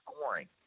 scoring